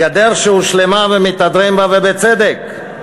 הגדר שהושלמה ומתהדרים בה, ובצדק,